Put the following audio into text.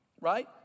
right